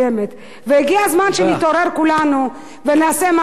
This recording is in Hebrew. והגיע הזמן שנתעורר כולנו ונעשה משהו עם הדבר הזה.